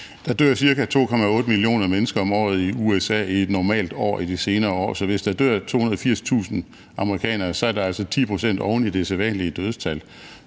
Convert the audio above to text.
Der dør ca. 2,8 millioner mennesker om året i USA i et normalt år i de senere år. Så hvis der dør 280.000 amerikanerne, er det altså 10 pct. oven i det sædvanlige dødstal